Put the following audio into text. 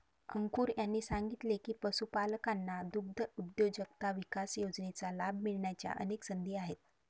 अंकुर यांनी सांगितले की, पशुपालकांना दुग्धउद्योजकता विकास योजनेचा लाभ मिळण्याच्या अनेक संधी आहेत